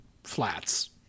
flats